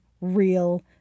real